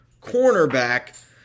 cornerback